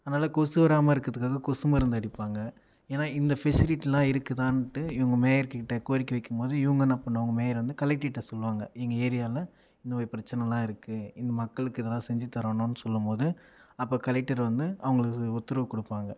அதனால கொசு வராமல் இருக்கிறதுக்காக கொசு மருந்து அடிப்பாங்க ஏன்னால் இந்த ஃபெசிலிட்டிலாம் இருக்குதான்ட்டு இவங்க மேயர்க்கிட்ட கோரிக்கை வைக்கும் போது இவங்க என்ன பண்ணுவாங்க மேயர் அண்ண கலெக்டருகிட்ட சொல்வாங்கள் எங்கள் ஏரியாவில் இந்தமாதிரி பிரச்சினலாம் இருக்குது எங்கள் மக்களுக்கு இதெல்லாம் செஞ்சுத் தரணுன்னு சொல்லும் போது அப்போ கலெக்டர் வந்து அவங்களுக்கு உத்தரவு கொடுப்பாங்கள்